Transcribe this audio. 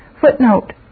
Footnote